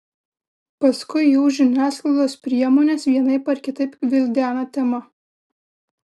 paskui jau žiniasklaidos priemonės vienaip ar kitaip gvildena temą